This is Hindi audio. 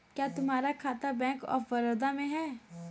क्या तुम्हारा खाता बैंक ऑफ बड़ौदा में है?